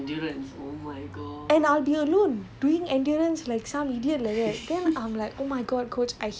most of the time when everyone is doing speed he will send me to do endurance